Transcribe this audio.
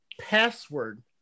password